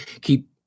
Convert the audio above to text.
keep